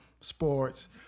sports